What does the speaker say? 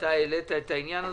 אתה העלית את העניין הזה,